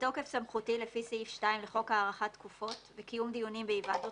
בתוקף סמכותי לפי סעיף 2 לחוק הארכת תקופות וקיום דיונים בהיוועדות